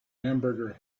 hamburger